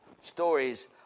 stories